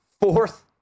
fourth